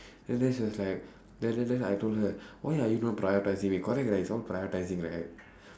then then she was like then then then I told her why are you not prioritising me correct right it's not prioritising right